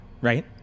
right